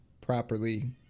properly